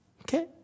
Okay